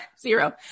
zero